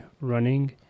running